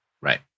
Right